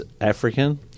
African